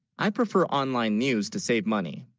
i prefer online news to save money